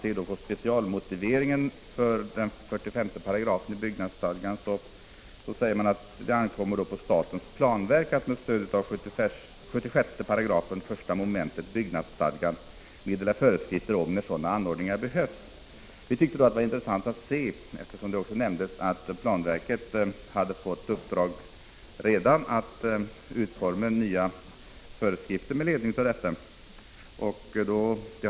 I specialmotiveringen för 45 § i byggnadsstadgan sägs, att det ankommer på statens planverk att med stöd av 76 § 1 mom. byggnadsstadgan meddela föreskrifter om när sådana anordningar behövs. Eftersom det också har nämnts att planverket redan har fått uppdraget att utforma nya föreskrifter, tyckte vi att det var intressant att se på dem.